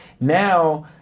Now